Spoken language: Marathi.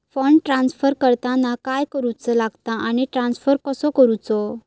फंड ट्रान्स्फर करताना काय करुचा लगता आनी ट्रान्स्फर कसो करूचो?